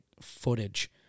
footage